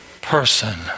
person